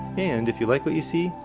and if you like what you see,